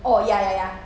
oh ya ya ya